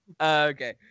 Okay